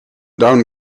down